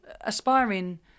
aspiring